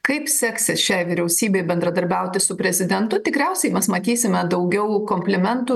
kaip seksis šiai vyriausybei bendradarbiauti su prezidentu tikriausiai mes matysime daugiau komplimentų